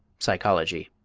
psychology.